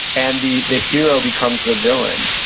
and the the hero becomes the villain.